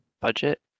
budget